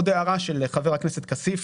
עוד הערה של חבר הכנסת כסיף,